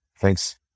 Thanks